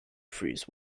freeze